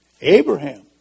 Abraham